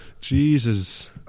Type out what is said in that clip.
Jesus